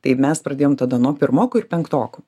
tai mes pradėjom tada nuo pirmokų ir penktokų